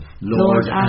Lord